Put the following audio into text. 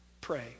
pray